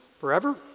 forever